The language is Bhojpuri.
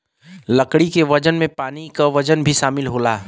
लकड़ी के वजन में पानी क वजन भी शामिल होला